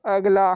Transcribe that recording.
अगला